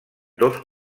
dos